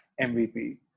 MVP